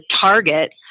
target